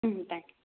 hmm thank you